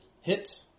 hit